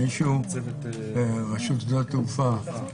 רשות שדות התעופה,